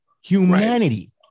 humanity